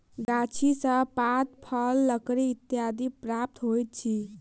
गाछी सॅ पात, फल, लकड़ी इत्यादि प्राप्त होइत अछि